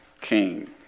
king